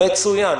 מצוין.